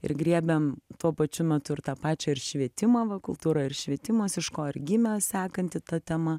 ir griebėm tuo pačiu metu ir tą pačią ir švietimą va kultūra ir švietimas iš ko ir gimė sekanti ta tema